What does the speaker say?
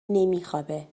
نمیخوابه